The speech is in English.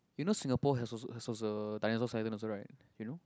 you know Singapore has also has a dinosaur also right you know